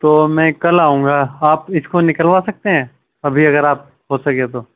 تو میں کل آؤں گا آپ اِس کو نکلوا سکتے ابھی اگر آپ ہو سکے تو